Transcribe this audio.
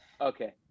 okay